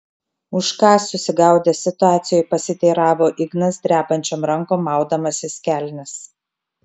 už ką susigaudęs situacijoje pasiteiravo ignas drebančiom rankom maudamasis kelnes